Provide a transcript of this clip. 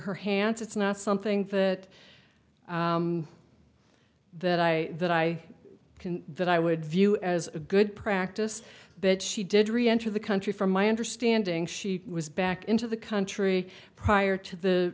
her hands it's not something that that i that i can that i would view as a good practice but she did reenter the country from my understanding she was back into the country prior to the